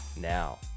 Now